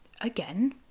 again